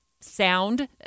Sound